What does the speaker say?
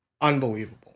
unbelievable